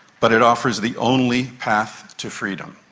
but it offers the only path to freedom.